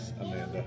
Amanda